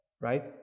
Right